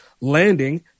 landing